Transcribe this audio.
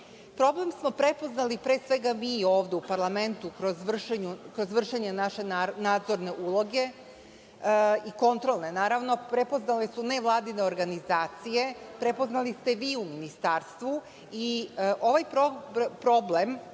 Problem smo prepoznali pre svega mi ovde u parlamentu kroz vršenje naše nadzorne uloge i kontrolne, prepoznale su nevladine organizacije, prepoznali ste vi u ministarstvu i ovaj problem